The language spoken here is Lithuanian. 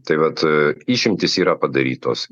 tai vat išimtys yra padarytos